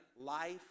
life